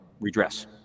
redress